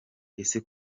ese